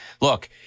look